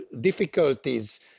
difficulties